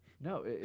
No